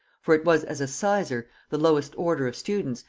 for it was as a sizer, the lowest order of students,